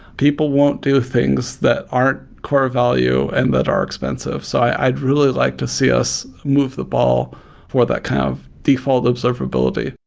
people won't do things that aren't core value and that are expensive. so i'd really like to see us move the ball for that kind of default observability.